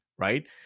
Right